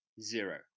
zero